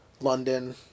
London